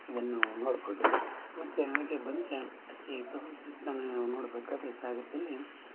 ಇದನ್ನು ನೋಡ್ಬೋದು ಮತ್ತು ಹಾಗೇ ಬಂದರೆ ಈ ಪ್ರವಾಸಿ ತಾಣ ನೋಡಬೇಕಾದ್ರೆ ಸಾಗರದಲ್ಲಿ